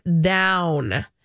down